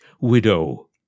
widow